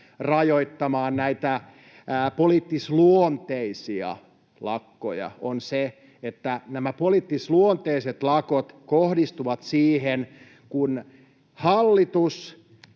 rajoittamaan näitä poliittisluonteisia lakkoja, on se, että nämä poliittisluonteiset lakot kohdistuvat siihen, kun hallitus